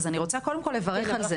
אז אני רוצה קודם כל לברך על זה,